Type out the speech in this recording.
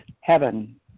heaven